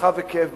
רחב היקף,